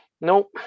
Nope